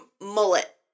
mullet